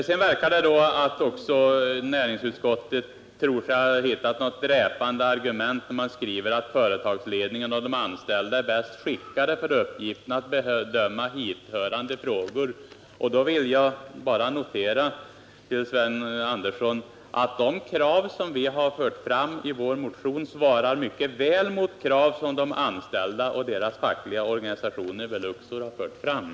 Det verkar som om näringsutskottet tror sig ha hittat ett dräpande argument när man skriver att företagsledningen och de anställda är bäst skickade för uppgiften att bedöma hithörande frågor. Jag vill då bara be Sven G. Andersson att notera att de krav som vi fört fram i vår motion mycket väl svarar mot krav som de anställda och de fackliga organisationerna vid Luxor har rest.